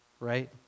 right